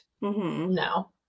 no